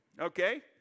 Okay